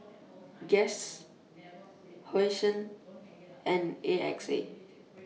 Guess Hosen and A X A